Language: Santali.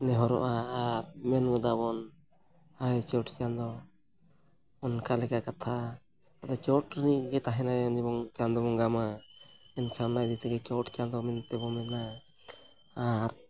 ᱱᱮᱦᱚᱨᱚᱜᱼᱟ ᱟᱨ ᱢᱮᱱ ᱜᱚᱫᱟᱵᱚᱱ ᱦᱟᱭ ᱪᱚᱴ ᱪᱟᱸᱫᱚ ᱚᱱᱠᱟ ᱞᱮᱠᱟ ᱠᱟᱛᱷᱟ ᱟᱫᱚ ᱪᱚᱴ ᱨᱤᱱᱤᱡ ᱜᱮ ᱛᱟᱦᱮᱱᱟᱭ ᱩᱱᱤ ᱪᱟᱸᱫᱚ ᱵᱚᱸᱜᱟ ᱢᱟ ᱢᱮᱱᱠᱷᱟᱱ ᱚᱱᱟ ᱤᱫᱤ ᱛᱮᱜᱮ ᱪᱚᱴ ᱪᱟᱸᱫᱚ ᱢᱮᱱᱛᱮ ᱵᱚᱱ ᱢᱮᱱᱟ ᱟᱨ